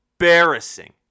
embarrassing